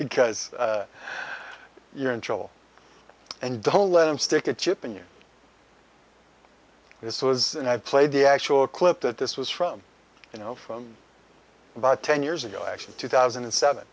because you're in trouble and don't let him stick a chip in your it's was and i've played the actual clip that this was from you know from about ten years ago actually two thousand and seven